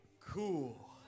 cool